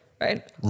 right